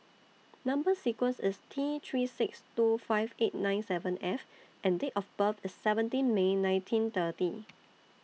Number sequence IS T three six two five eight nine seven F and Date of birth IS seventeen May nineteen thirty